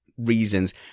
Reasons